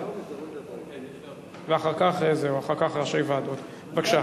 (ועדות חקלאיות) בשם שר הפנים אלי ישי,